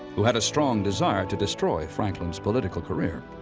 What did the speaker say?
who had a strong desire to destroy franklin's political career.